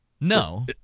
No